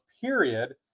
period